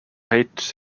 hate